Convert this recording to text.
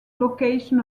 location